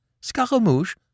Scaramouche